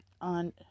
On